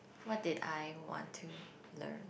what did I want to learn